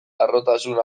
harrotasun